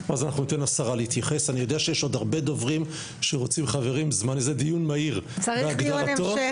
אנחנו נפגשנו, בסוף נובמבר